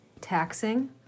taxing